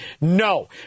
No